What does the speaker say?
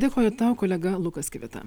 dėkoju tau kolega lukas kivita